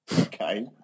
Okay